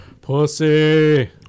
Pussy